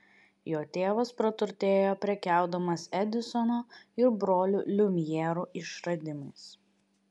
jo tėvas praturtėjo prekiaudamas edisono ir brolių liumjerų išradimais